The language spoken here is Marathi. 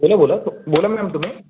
बोला बोला बोला मॅम तुम्ही